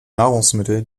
nahrungsmittel